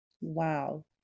Wow